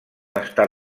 estar